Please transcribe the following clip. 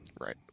right